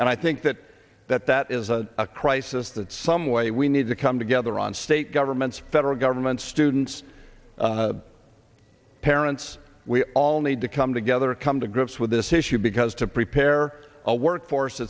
and i think that that that is a crisis that some way we need to come together on state governments federal government students parents we all need to come together come to grips with this issue because to prepare a workforce